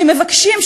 שמבקשים,